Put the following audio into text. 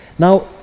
Now